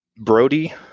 Brody